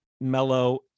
mellow